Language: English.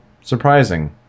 surprising